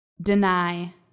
deny